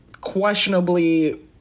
questionably